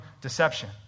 deception